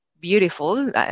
beautiful